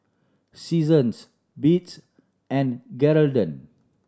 Seasons Beats and Geraldton